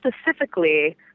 specifically